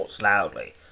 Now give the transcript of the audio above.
loudly